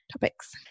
topics